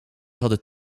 hadden